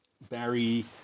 Barry